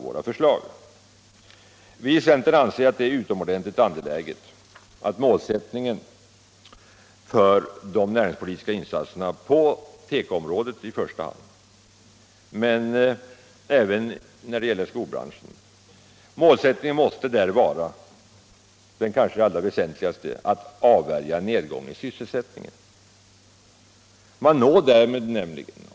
Vi i centern anser att den allra väsentligaste målsättningen för de nä ringspolitiska insatserna, i första hand på tekoområdet men även när det gäller skobranschen, måste vara att avvärja en nedgång i sysselsättningen.